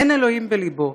אין אלוהים בליבו.